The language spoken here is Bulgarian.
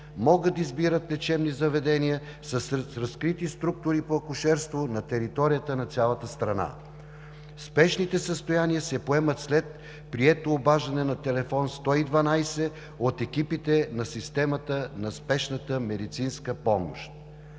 могат да избират лечебни заведения с разкрити структури по акушерство на територията на цялата страна. Спешните състояние се поемат след прието обаждане на телефон 112 от екипите на системата на спешната медицинска помощ.